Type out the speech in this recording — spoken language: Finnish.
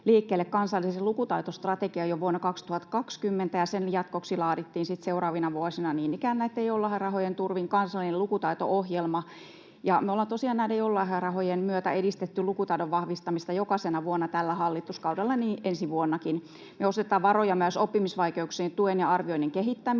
liikkeelle kansallisen lukutaitostrategian jo vuonna 2020, ja sen jatkoksi laadittiin sitten seuraavina vuosina niin ikään näitten joululahjarahojen turvin kansallinen lukutaito-ohjelma. Me ollaan tosiaan näiden joululahjarahojen myötä edistetty lukutaidon vahvistamista jokaisena vuonna tällä hallituskaudella, niin ensi vuonnakin. Me osoitetaan varoja myös oppimisvaikeuksien tuen ja arvioinnin kehittämiseen